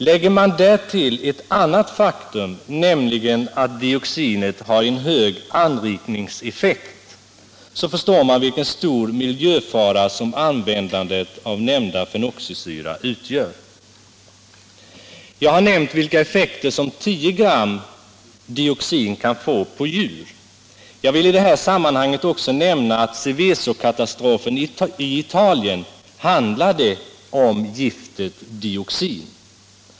Lägger man därtill ett annat faktum, nämligen att dioxinet har en hög anrikningseffekt, så förstår man vilken stor miljöfara som användandet av denna fenoxisyra utgör. Jag har nämnt vilka effekter som 10 gram dioxin kan få på djur. Jag vill i det här sammanhanget också nämna att Sevesokatastrofen i Italien handlade om giftet dioxin.